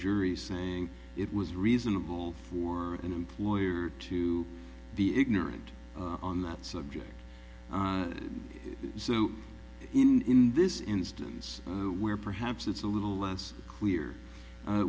jury saying it was reasonable for an employer to be ignorant on that subject so in this instance where perhaps it's a little less clear